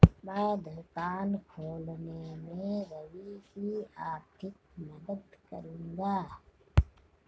मैं दुकान खोलने में रवि की आर्थिक मदद करूंगा